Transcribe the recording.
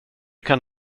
kan